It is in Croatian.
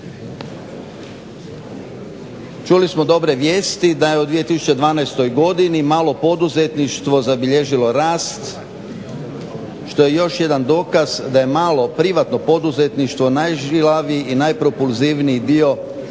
Čuli smo dobre vijesti da je u 2012. godini malo poduzetništvo zabilježilo rast, što je još jedan dokaz da je malo privatno poduzetništvo najžilaviji i najpropulziviji dio